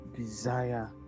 desire